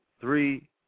three